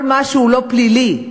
כל מה שלא פלילי.